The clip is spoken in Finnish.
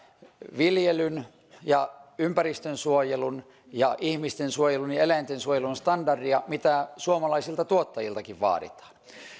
viljelyn ja ympäristön ja ihmisten ja eläinten suojelun standardia mitä suomalaisilta tuottajiltakin vaaditaan